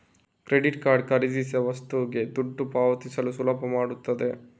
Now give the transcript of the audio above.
credit card ಖರೀದಿಸಿದ ವಸ್ತುಗೆ ದುಡ್ಡು ಪಾವತಿಸಲು ಸುಲಭ ಮಾಡ್ತದೆ